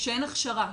כשיש הכשרה,